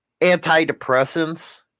antidepressants